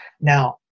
Now